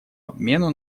обмену